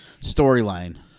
Storyline